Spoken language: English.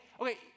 okay